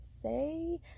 say